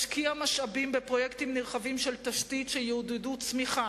ישקיע משאבים בפרויקטים נרחבים של תשתית שיעודדו צמיחה,